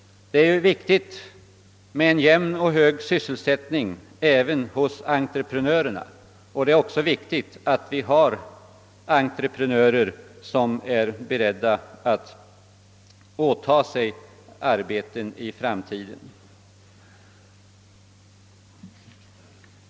Det är viktigt att hålla en hög och jämn sysselsättning även hos entreprenörerna, och det är även viktigt att vi har entreprenörer som är beredda att åta sig arbeten i framtiden.